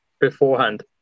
beforehand